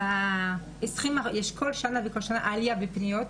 יש כל שנה וכל שנה עלייה בפניות,